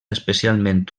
especialment